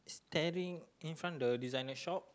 tearing the in front the designer shop